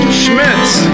Schmitz